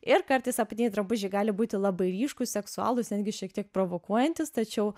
ir kartais apatiniai drabužiai gali būti labai ryškūs seksualūs netgi šiek tiek provokuojantys tačiau